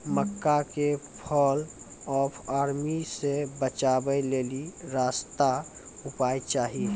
मक्का के fall of army से बचाबै लेली सस्ता उपाय चाहिए?